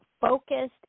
focused